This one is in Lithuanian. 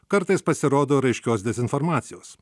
kartais pasirodo raiškios dezinformacijos